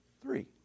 Three